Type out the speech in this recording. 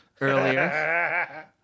earlier